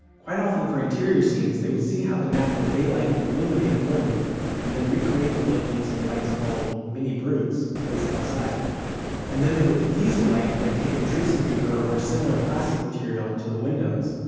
quite often for interior scenes, they would see how the natural daylight would illuminate a room and then recreate the look using lights called mini-brutes placed outside and then they would diffuse the light by taping tracing paper or a similar plastic material to the windows.